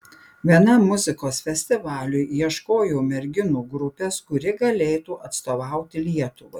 vienam muzikos festivaliui ieškojau merginų grupės kuri galėtų atstovauti lietuvai